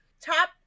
top